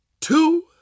two